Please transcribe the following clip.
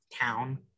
town